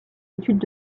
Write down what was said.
études